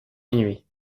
minuit